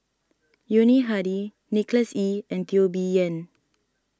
Yuni Hadi Nicholas Ee and Teo Bee Yen